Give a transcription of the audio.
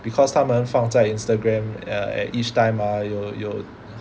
because 他们放在 Instagram err at each time ah 有有